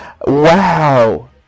wow